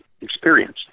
experience